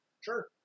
Sure